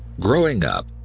growing up,